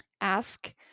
Ask